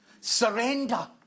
surrender